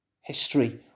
history